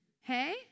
Hey